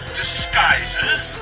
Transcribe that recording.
disguises